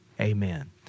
Amen